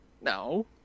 No